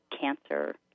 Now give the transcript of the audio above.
cancer